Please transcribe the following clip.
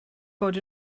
bod